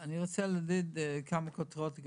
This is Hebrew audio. אני רוצה להגיד כמה כותרות.